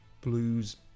blues